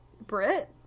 Brit